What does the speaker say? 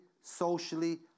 socially